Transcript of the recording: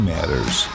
Matters